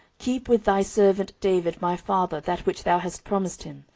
keep with thy servant david my father that which thou hast promised him,